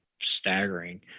staggering